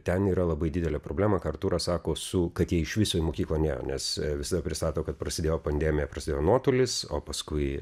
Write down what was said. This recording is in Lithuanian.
ten yra labai didelė problema ką artūras sako su kad jie iš viso į mokyklą nėjo nes visada pristato kad prasidėjo pandemija prasidėjo nuotolis o paskui